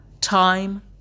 Time